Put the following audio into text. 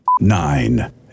nine